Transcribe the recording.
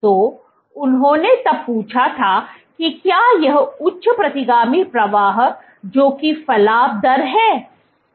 तो उन्होंने तब पूछा कि क्या यह उच्च प्रतिगामी प्रवाह जो कि फलाव दर है